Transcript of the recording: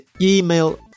email